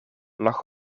lag